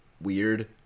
weird